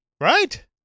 Right